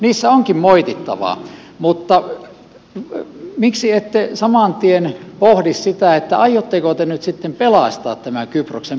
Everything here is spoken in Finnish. niissä onkin moitittavaa mutta miksi ette saman tien pohdi sitä aiotteko te nyt sitten pelastaa tämän kyproksen pankkisektorin